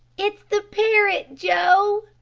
it's the parrot, joe!